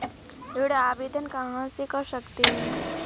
ऋण आवेदन कहां से कर सकते हैं?